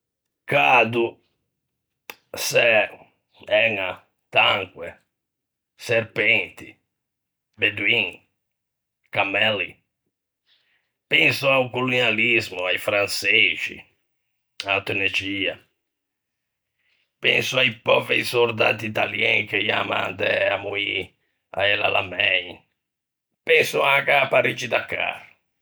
Cado, sæ, æña, tancoe, serpenti, beduin, cammelli. Penso a-o colonialismo, a-i franseixi, a-a Tunexia. Penso a-i pövei sordatti italien che î an mandæ à moî à El- Alamein, penso anche a-a Pariggi-Dakar.